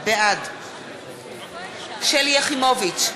בעד שלי יחימוביץ,